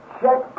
check